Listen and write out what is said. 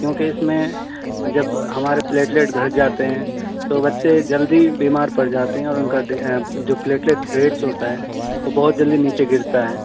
کیوںکہ اس میں جب ہمارے پلیٹلیٹ گھٹ جاتے ہیں تو بچے جلدی بیمار پڑ جاتے ہیں اور ان کا جو پلیٹلیٹ ریٹس ہوتا ہے وہ بہت جلدی نیچے گرتا ہے